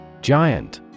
Giant